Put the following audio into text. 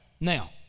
Now